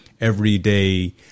everyday